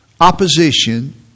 opposition